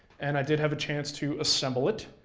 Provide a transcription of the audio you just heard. and i did have a chance to assemble it,